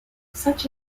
such